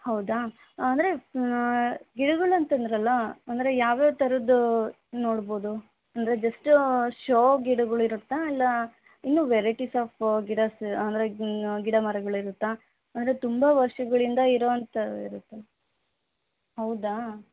ಹೌದಾ ಅಂದರೆ ಗಿಡಗಳು ಅಂತಂದ್ರಲ್ಲ ಅಂದರೆ ಯಾವ್ಯಾವ ಥರದ್ದೂ ನೋಡ್ಬೋದು ಅಂದರೆ ಜಸ್ಟ್ ಶೋ ಗಿಡಗಳು ಇರುತ್ತಾ ಇಲ್ಲ ಇನ್ನು ವೆರೈಟೀಸ್ ಆಫ್ ಗಿಡಾಸ್ ಅಂದರೆ ಗಿಡ ಮರಗಳಿರುತ್ತಾ ಅಂದರೆ ತುಂಬ ವರ್ಷಗಳಿಂದ ಇರುವಂಥವಿರುತ್ತಾ ಹೌದಾ